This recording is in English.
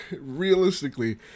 realistically